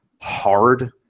hard